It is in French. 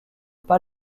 pas